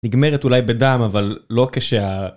נגמרת אולי בדם אבל לא כשה...